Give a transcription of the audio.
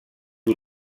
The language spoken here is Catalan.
que